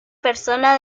persona